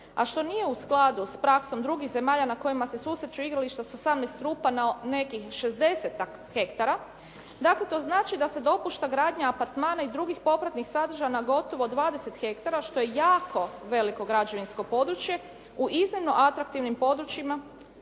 a što nije u skladu s praksom drugih zemalja na kojima se susreću igrališta s 18 rupa na nekih 60-tak hektara, dakle to znači da se dopušta gradnja apartmana i drugih popratnih sadržaja na gotovo 20 hektara što je jako veliko građevinsko područje u iznimno atraktivnim područjima.